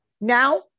now